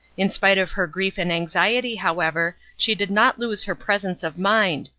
in spite of her grief and anxiety however, she did not lose her presence of mind,